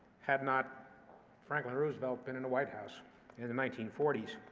had not franklin roosevelt been in the white house in the nineteen forty s,